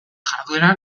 jarduera